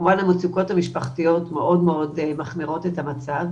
כמובן המצוקות המשפחתיות מאוד מחמירות את המצב,